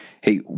hey